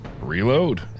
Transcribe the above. Reload